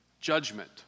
judgment